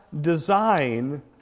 design